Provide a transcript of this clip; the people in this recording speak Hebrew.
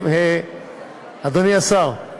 אדוני השר,